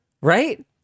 right